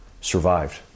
survived